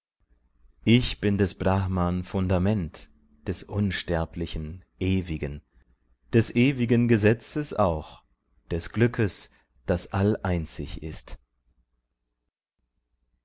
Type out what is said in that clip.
ich bin des brahman fundament des unsterblichen ewigen des ewigen gesetzes auch des glückes das alleinzig ist